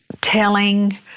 telling